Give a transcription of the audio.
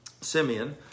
Simeon